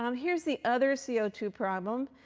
um here's the other c o two problem.